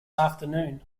afternoon